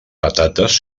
patates